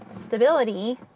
stability